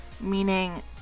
Meaning